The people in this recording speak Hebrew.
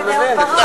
אתה מבין?